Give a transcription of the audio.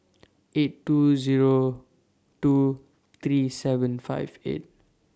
eight two Zero two three seven five eight